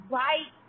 right